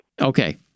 Okay